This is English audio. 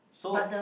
so